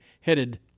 headed